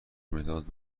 مداد